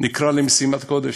נקרא למשימת קודש,